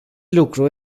lucru